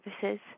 services